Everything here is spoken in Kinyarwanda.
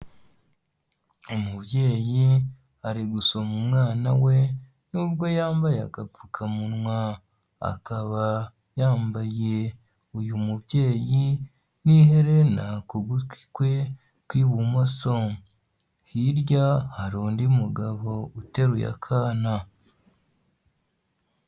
Umubyeyi ari gusoma umwana we, n'ubwo yambaye agapfukamunwa. Akaba yambaye uyu mubyeyi n'iherena ku gutwi kwe kw'ibumoso. Hirya hari undi mugabo uteruye akana.